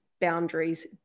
boundaries